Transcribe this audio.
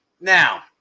now